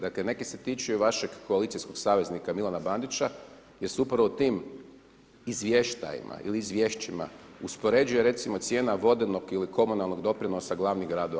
Dakle neke se tiču i vašeg koalicijskog saveznika Milana Bandića jer su upravo tim izvještajima ili izvješćima uspoređuje recimo cijena vodenog ili komunalnog doprinosa glavnih gradova.